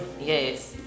Yes